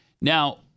Now